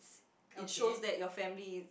it shows that your family is